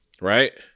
right